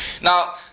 Now